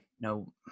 no